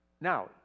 Now